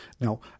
now